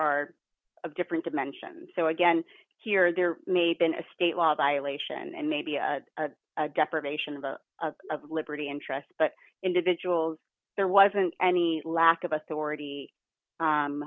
are of different dimensions so again here they're made in a state law violation and may be a deprivation of the of liberty interest but individuals there wasn't any lack of authority